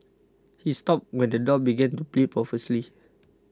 he stopped when the dog began to bleed profusely